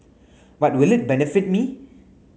but will it benefit me